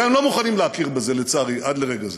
והם לא מוכנים להכיר בזה, לצערי, עד לרגע זה.